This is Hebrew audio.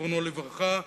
זיכרונו לברכה,